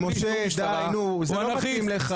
משה, די, זה לא מתאים לך.